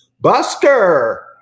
buster